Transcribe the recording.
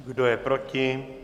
Kdo je proti?